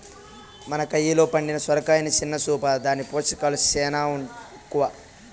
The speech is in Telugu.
మన కయిలో పండిన సొరకాయని సిన్న సూపా, దాని పోసకాలు సేనా ఎక్కవ